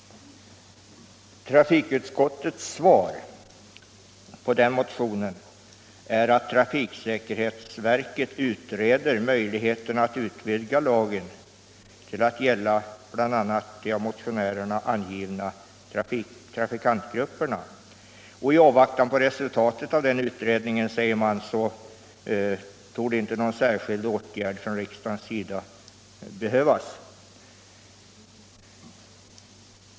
Trafikutskottets svar på den motionen är att trafiksäkerhetsverket utreder möjligheten att utvidga lagen till att gälla bl.a. de av motionärerna angivna trafikantgrupperna. I avvaktan på resultatet av den utredningen, säger man, torde någon särskild åtgärd från riksdagens sida inte behövas.